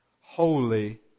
holy